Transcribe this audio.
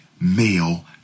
male